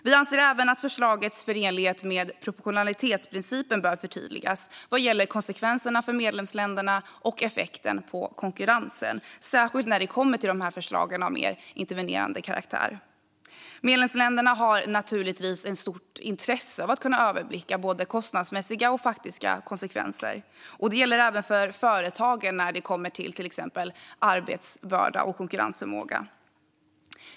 Vi anser även att förslagets förenlighet med proportionalitetsprincipen bör förtydligas vad gäller konsekvenserna för medlemsländerna och effekten på konkurrensen, särskilt när det gäller förslagen av mer intervenerande karaktär. Medlemsländerna har naturligtvis ett stort intresse av att kunna överblicka både kostnadsmässiga och faktiska konsekvenser. Det gäller även för företagen när det handlar om till exempel arbetsbörda och konkurrensförmåga.